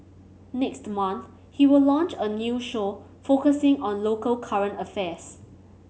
next month he will launch a new show focusing on local current affairs